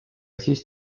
siis